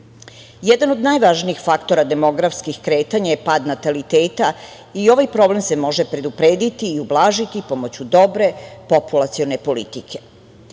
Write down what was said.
od najvažnijih faktora demografskih kretanja je pad nataliteta i ovaj problem se može preduprediti i ublažiti pomoću dobre populacione politike. Kao